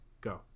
go